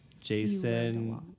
Jason